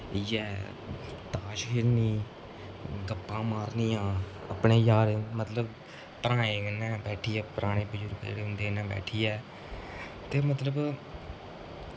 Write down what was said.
इ'यै ताश खेलनी गप्पां मारनियां अपने यारें मतलब भ्राएं कन्नै बैठियै पराने बजुर्ग जेह्ड़े होंदे उं'दे कन्नै बैठियै ते मतलब